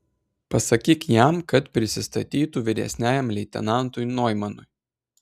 pasakyk jam kad prisistatytų vyresniajam leitenantui noimanui